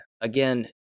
Again